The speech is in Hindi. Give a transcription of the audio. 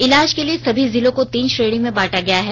इलाज के लिए सभी जिलों को तीन श्रेणी में बांटा गया है